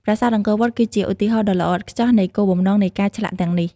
ប្រាសាទអង្គរវត្តគឺជាឧទាហរណ៍ដ៏ល្អឥតខ្ចោះនៃគោលបំណងនៃការឆ្លាក់ទាំងនេះ។